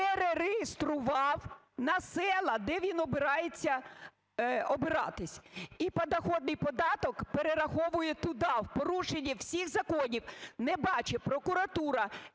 перереєстрував на села, де він збирається обиратись. І подоходный податок перераховує туди в порушення всіх законів. Не бачить прокуратура,